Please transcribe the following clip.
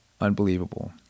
Unbelievable